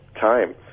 Time